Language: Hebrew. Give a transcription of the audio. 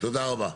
תודה רבה.